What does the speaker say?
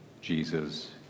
Jesus